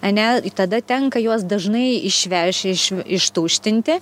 ane tada tenka juos dažnai išvež iš ištuštinti